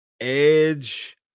edge